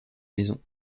maison